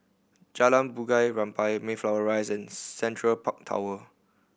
Jalan Bunga Rampai Mayflower Rise and Central Park Tower